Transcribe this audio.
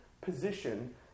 position